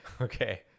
Okay